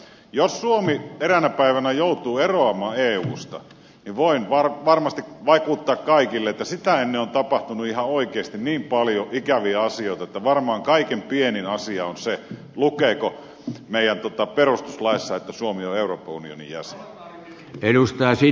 jos suomi eräänä päivänä joutuu eroamaan eusta niin voin varmasti vakuuttaa kaikille että sitä ennen on tapahtunut ihan oikeasti niin paljon ikäviä asioita että varmaan kaikkein pienin asia on se lukeeko meidän perustuslaissa että suomi on euroopan unionin jäsen